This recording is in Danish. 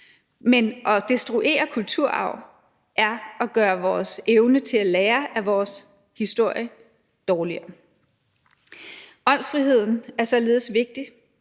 men at destruere kulturarv er at gøre vores evne til at lære af vores historie dårligere. Åndsfriheden er således vigtig,